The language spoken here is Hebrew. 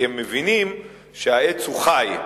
כי הם מבינים שהעץ הוא חי,